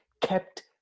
kept